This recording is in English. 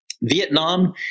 Vietnam